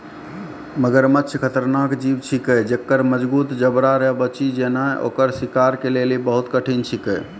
मगरमच्छ खतरनाक जीव छिकै जेक्कर मजगूत जबड़ा से बची जेनाय ओकर शिकार के लेली बहुत कठिन छिकै